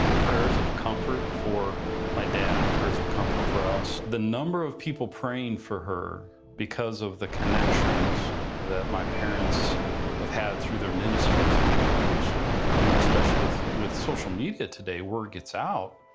prayers of comfort for my dad, prayers of comfort for us. the number of people praying for her because of the connections that my parents have had through their ministry through the years and especially with with social media today, word gets out.